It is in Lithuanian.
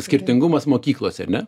skirtingumas mokyklose ar ne